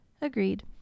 Agreed